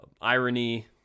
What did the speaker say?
irony